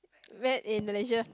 met in Malaysia